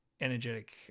energetic